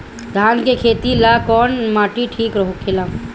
धान के खेती ला कौन माटी ठीक होखेला?